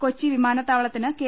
കൊച്ചി വിമാനത്താവളത്തിന് കെ